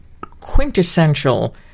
quintessential